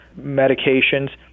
medications